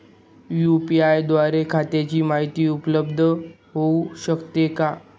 UPI द्वारे खात्याची माहिती उपलब्ध होऊ शकते का?